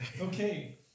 Okay